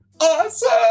Awesome